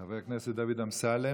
חבר הכנסת דוד אמסלם,